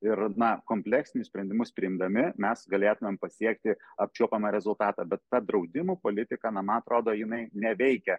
ir na kompleksinius sprendimus priimdami mes galėtumėm pasiekti apčiuopiamą rezultatą bet ta draudimo politika na man atrodo jinai neveikia